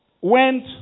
went